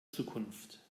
zukunft